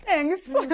Thanks